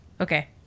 Okay